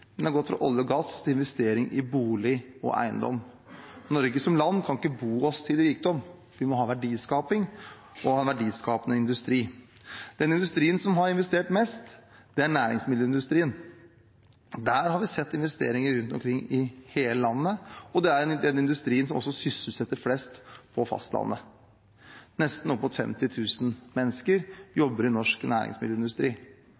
Den industrien som har investert mest, er næringsmiddelindustrien. Der har vi sett investeringer rundt omkring i hele landet, og det er også den industrien som sysselsetter flest på fastlandet. Nesten 50 000 mennesker